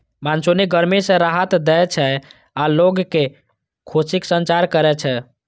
monsoon गर्मी सं राहत दै छै आ लोग मे खुशीक संचार करै छै